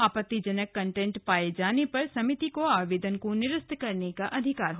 आपत्तिजनक कन्टेंट पाए जाने पर समिति को आवेदन को निरस्त करने का अधिकार है